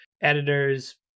editors